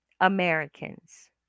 Americans